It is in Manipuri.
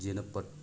ꯌꯦꯅꯞꯄꯠ